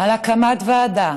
על הקמת ועדה